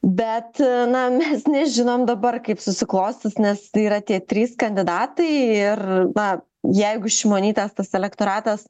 bet na mes nežinom dabar kaip susiklostys nes tai yra tie trys kandidatai ir na jeigu šimonytės tas elektoratas